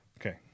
Okay